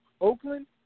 Oakland